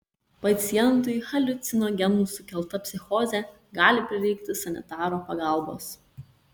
pacientui haliucinogenų sukelta psichozė gali prireikti sanitaro pagalbos